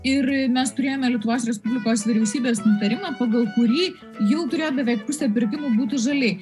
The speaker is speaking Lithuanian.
ir mes turėjome lietuvos respublikos vyriausybės nutarimą pagal kurį jau turėjo beveik pusė pirkimų būti žali